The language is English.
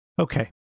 Okay